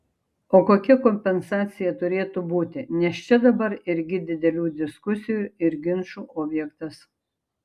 o kokia kompensacija turėtų būti nes čia dabar irgi didelių diskusijų ir ginčų objektas